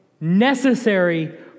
necessary